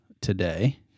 today